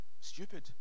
Stupid